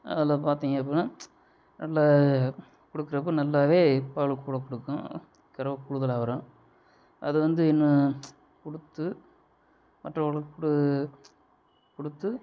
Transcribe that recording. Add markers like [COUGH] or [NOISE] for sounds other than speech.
அதில் பார்த்திங்க அப்புடின்னா [UNINTELLIGIBLE] கொடுக்குறப்ப நல்லாவே பால் கூட கொடுக்கும் கறவை கூடுதலாக வரும் அது வந்து என்ன கொடுத்து மற்றவர்களுக்கு கொடுத்து